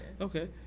Okay